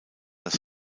das